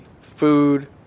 food